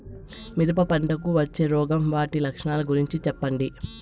మిరప పంటకు వచ్చే రోగం వాటి లక్షణాలు గురించి చెప్పండి?